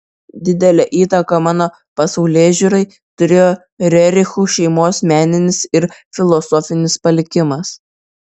didelę įtaką mano pasaulėžiūrai turėjo rerichų šeimos meninis ir filosofinis palikimas